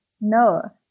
No